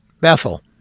Bethel